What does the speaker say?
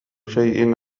شيء